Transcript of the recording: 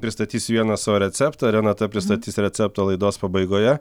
pristatysiu vieną savo receptą renata pristatys receptą laidos pabaigoje